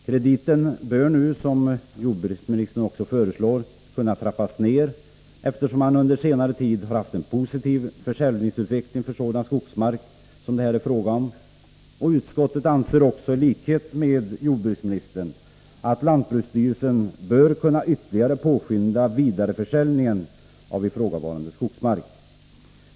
Krediten bör nu kunna trappas ner, som jordbruksministern föreslår, eftersom man under senare tid har haft en positiv försäljningsutveckling för sådan skogsmark som det här är fråga om. Utskottet anser också, i likhet med jordbruksministern, att lantbruksstyrelsen bör kunna ytterligare påskynda vidareförsäljningen av ifrågavarande skogsmark.